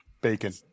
Bacon